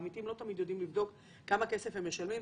העמיתים לא תמיד יודעים לבדוק כמה כסף הם משלמים,